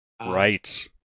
Right